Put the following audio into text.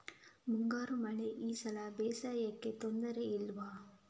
ಮುಂಗಾರು ಮಳೆ ಈ ಸಲ ಬೇಸಾಯಕ್ಕೆ ತೊಂದರೆ ಇಲ್ವ?